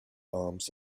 arms